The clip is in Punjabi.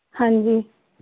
ਹਾਂਜੀ